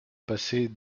passer